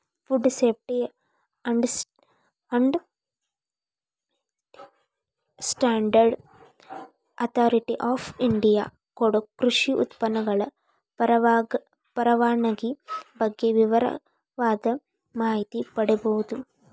food safety and standard authority of India ಕೊಡೊ ಕೃಷಿ ಉತ್ಪನ್ನಗಳ ಪರವಾನಗಿ ಬಗ್ಗೆ ವಿವರವಾದ ಮಾಹಿತಿ ಪಡೇಬೋದು